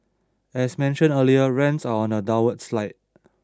as mentioned earlier rents are on a downward slide